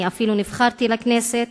אפילו נבחרתי לכנסת,